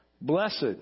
Blessed